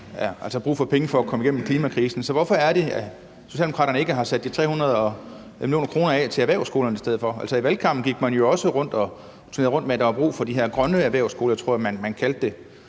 har brug for penge for at komme igennem klimakrisen. Så hvorfor er det, at Socialdemokraterne ikke har sat de 300 mio. kr. af til erhvervsskolerne i stedet for? Altså, i valgkampen turnerede man jo også rundt med, at der var brug for de her grønne erhvervsskoler, som jeg tror man kaldte dem,